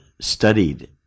studied